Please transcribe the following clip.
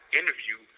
interview